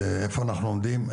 איפה אנחנו עומדים.